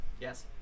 Yes